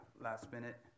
last-minute